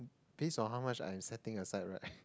based on how much I'm setting aside right